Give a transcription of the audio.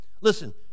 Listen